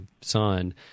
son –